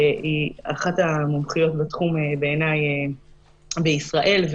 שהיא אחת המומחיות בתחום בעיניי בישראל,